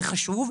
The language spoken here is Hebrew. זה חשוב,